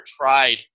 tried